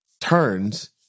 turns